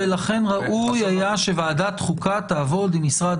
לכן ראוי היה שוועדת חוקה תעבוד עם משרד